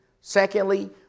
Secondly